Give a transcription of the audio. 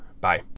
Bye